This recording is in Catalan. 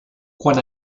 quan